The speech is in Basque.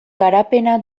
garapena